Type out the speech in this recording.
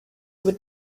would